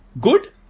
Good